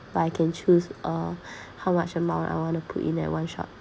but I can choose uh how much amount I want to put in at one shot